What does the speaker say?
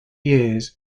years